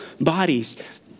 bodies